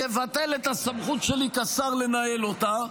יבטל את הסמכות שלי כשר לנהל אותה,